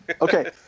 Okay